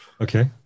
Okay